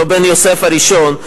אותו בן יוסף הראשון,